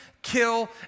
kill